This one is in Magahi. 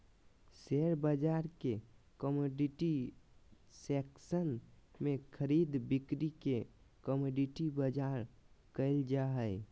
शेयर बाजार के कमोडिटी सेक्सन में खरीद बिक्री के कमोडिटी बाजार कहल जा हइ